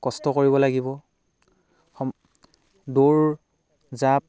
কষ্ট কৰিব লাগিব সম দৌৰ জাঁপ